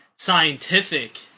scientific